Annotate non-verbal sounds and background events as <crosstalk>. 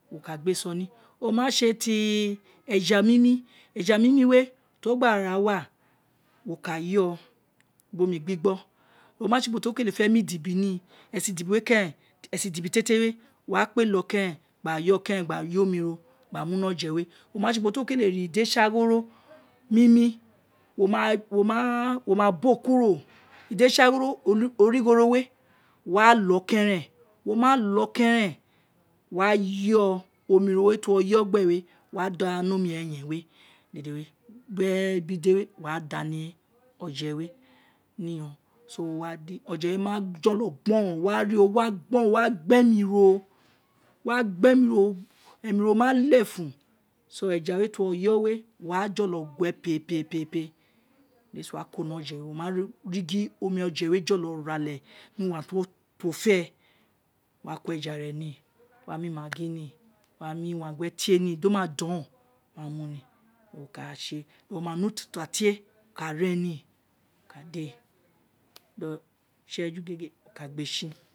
Mo kar gbe so ni o ma se ti eja mimi eja mimi ise ti wo gba rawa wo ka yoo biri omi gbigbo ome se ubo ti wo kele fe mu idibi ni idibi we keren esen idibi tie tie we wa kpe lo keren gba yo keren gba yo omi ro gba mu nu oje we o ma se ubo ti wo kelelo ide saghoro mimi wo ma bo kuro ide soghoro origho ro we malo keren wo ma lo keren wa yoo oini ro we ti wo yo gbe we wo wa da ni omi eyen we dede we gbe ide we wada ni oje we ni iyonghon so, wowa di ọjẹ we ma jọlọ gboron wo wa rii o wa gboron wo gbe mi ro wa gbe mi ro emi ro malefun so eja we ti wo yo we, wo wa jolo gue <unintelligible> di we si wa ko ni oje we wo ma ri gin omi oje jolo re ale ti wo fēē, wo wa ko eja re nii wo wa mu maggi ni, gba mu uueengue tie ni di o ma don ro kamu, wo kase, wo ma ne̱ ututa tiē wo ka re ni wo ka dē ni useju gege woka gbē ṣi.